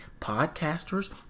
podcasters